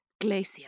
Glacier